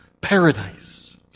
paradise